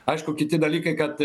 aišku kiti dalykai kad